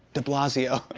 de blasio.